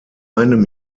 einem